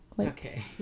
Okay